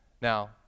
Now